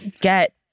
get